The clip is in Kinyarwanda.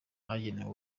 bageneye